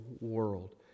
world